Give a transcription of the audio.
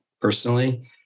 personally